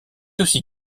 aussi